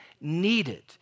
needed